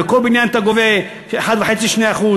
ובכל בניין אתה גובה בין 1.5% ל-2%,